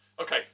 Okay